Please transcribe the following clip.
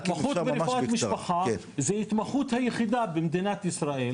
ההתמחות ברפואת משפחה היא ההתמחות היחידה במדינת ישראל